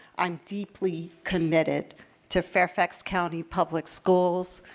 i am deeply committed to fairfax county public schools,